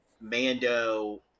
Mando